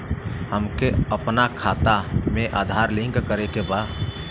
हमके अपना खाता में आधार लिंक करें के बा?